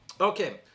Okay